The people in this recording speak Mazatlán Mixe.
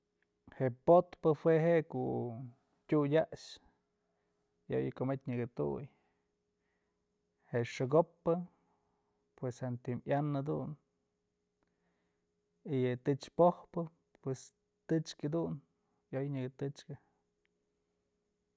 Je'e po'ot pë jue je'e ku'u tyuy dyaxë ayo'oy komatyë nyaka tuy, je'e xëkopë pues jantën yan jadun y yë tëch pojpë pues tëchk yëdun ayoy nyaka tëchkë.